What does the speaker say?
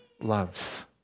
loves